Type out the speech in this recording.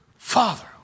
Father